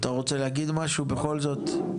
אתה רוצה להגיד משהו בכל זאת?